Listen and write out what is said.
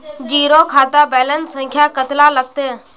Zero खाता balance संख्या कतला लगते?